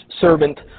servant